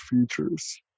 features